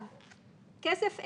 כסף אין,